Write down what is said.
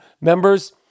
members